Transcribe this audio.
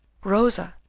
rosa,